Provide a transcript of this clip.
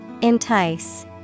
entice